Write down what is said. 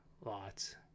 lots